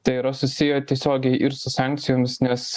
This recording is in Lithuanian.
tai yra susiję tiesiogiai ir su sankcijomis nes